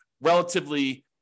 relatively